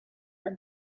are